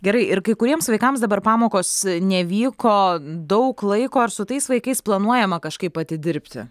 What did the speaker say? gerai ir kai kuriems vaikams dabar pamokos nevyko daug laiko ar su tais vaikais planuojama kažkaip atidirbti